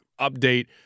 update